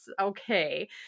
okay